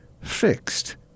fixed